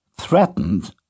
threatened